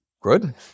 good